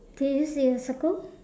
okay it's in a circle